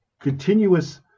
continuous